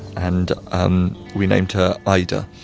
and um we named her iyda,